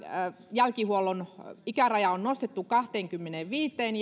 jälkihuollon ikäraja on nostettu kahteenkymmeneenviiteen